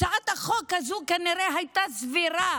הצעת החוק הזו כנראה הייתה סבירה.